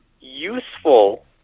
useful